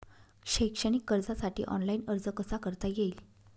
शैक्षणिक कर्जासाठी ऑनलाईन अर्ज कसा करता येईल?